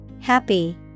Happy